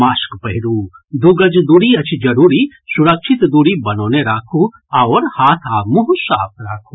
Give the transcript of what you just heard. mask पहिरू दू गज दूरी अछि जरूरी सुरक्षित दूरी बनौने राखू आओर हाथ आ मुंह साफ राखू